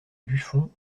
buffon